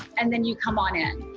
and then you come on in.